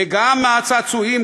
וגם הצעצועים,